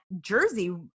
jersey